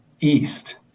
east